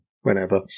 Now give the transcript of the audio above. whenever